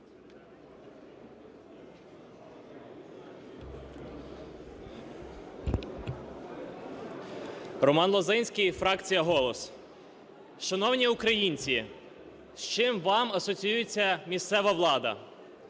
Роман Лозинський, фракція "Голос". Шановні українці, з чим вам асоціюється місцева влада?